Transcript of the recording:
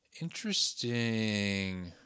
Interesting